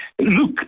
look